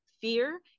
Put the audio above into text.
fear